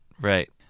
right